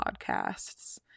podcasts